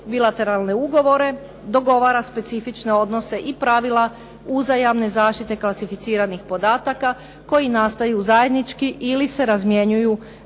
bilateralne ugovore dogovara specifične odnose i pravila uzajamne zaštite klasificiranih podataka koji nastaju zajednički ili se razmjenjuju